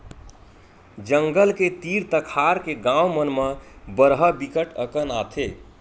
जंगल के तीर तखार के गाँव मन म बरहा बिकट अकन आथे